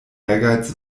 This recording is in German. ehrgeiz